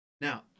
Now